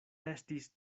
estis